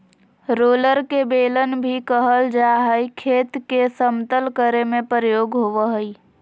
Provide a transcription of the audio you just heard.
roller के बेलन भी कहल जा हई, खेत के समतल करे में प्रयोग होवअ हई